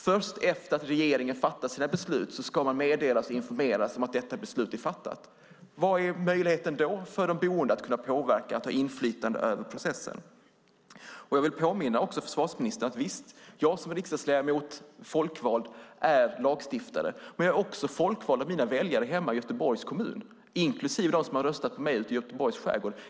Först efter att regeringen har fattat sina beslut ska man meddelas och informeras om att detta beslut är fattat. Vilken är möjligheten då för de boende att kunna påverka och ha inflytande över processen? Jag vill också påminna försvarsministern om att jag som folkvald riksdagsledamot visst är lagstiftare, men jag är också folkvald av mina väljare hemma i Göteborgs kommun, inklusive dem som har röstat på mig ute i Göteborgs skärgård.